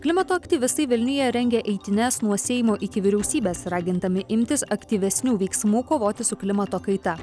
klimato aktyvistai vilniuje rengia eitynes nuo seimo iki vyriausybės ragindami imtis aktyvesnių veiksmų kovoti su klimato kaita